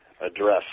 address